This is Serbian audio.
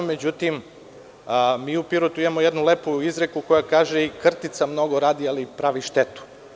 Međutim, mi u Pirotu imamo jednu lepu izreku, koja kaže – i krtica mnogo radi, ali pravi štetu.